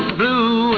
blue